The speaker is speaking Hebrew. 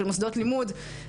של מוסדות לימוד.